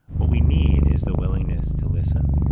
what we need is the willingness to listen,